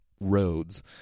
roads